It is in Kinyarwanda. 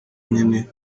nyene